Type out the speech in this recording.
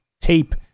tape